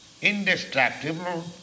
indestructible